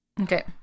Okay